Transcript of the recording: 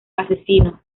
asesino